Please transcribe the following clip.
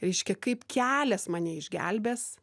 reiškia kaip kelias mane išgelbės